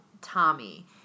Tommy